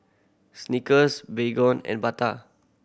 Snickers Baygon and Bata